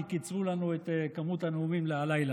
כי קיצרו לנו את כמות הנאומים להלילה.